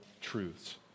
truths